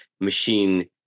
machine